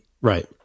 Right